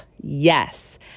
Yes